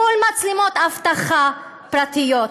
מול מצלמות אבטחה פרטיות.